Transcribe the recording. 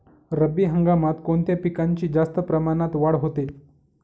रब्बी हंगामात कोणत्या पिकांची जास्त प्रमाणात वाढ होते?